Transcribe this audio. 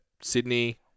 Sydney